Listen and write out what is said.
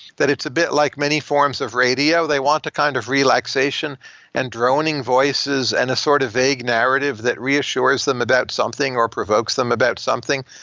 that it's a bit like many forms of radio. they want a kind of relaxation and droning voices and a sort of vague narrative that reassures them about something or provokes them about something,